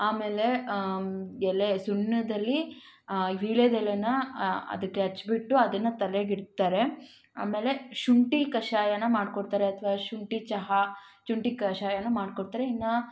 ಆಮೇಲೆ ಎಲೆ ಸುಣ್ಣದಲ್ಲಿ ಆ ವೀಳ್ಯದೆಲೆನ ಅದಕ್ಕೆ ಹಚ್ಚಿಬಿಟ್ಟು ಅದನ್ನು ತಲೆಗಿಡ್ತಾರೆ ಆಮೇಲೆ ಶುಂಠಿ ಕಷಾಯನ ಮಾಡಿಕೊಡ್ತಾರೆ ಅಥವಾ ಶುಂಠಿ ಚಹಾ ಶುಂಠಿ ಕಷಾಯನೂ ಮಾಡಿಕೊಡ್ತಾರೆ ಇನ್ನು